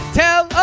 tell